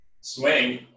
swing